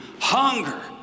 hunger